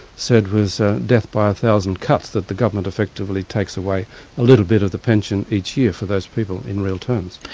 said was ah death by a thousand cuts, that the government effectively takes away a little bit of the pension each year for those people in real terms.